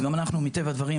מטבע הדברים,